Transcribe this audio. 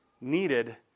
needed